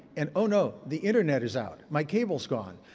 and oh no, the internet is out. my cable is gone.